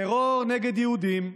טרור נגד יהודים,